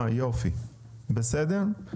יופי, בסדר.